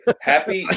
Happy